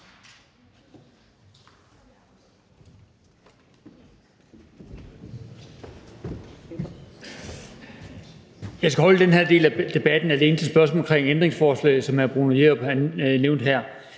Jeg skal holde den her del af debatten alene til spørgsmål omkring ændringsforslaget, som hr. Bruno Jerup nævnte her.